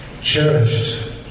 cherished